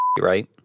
right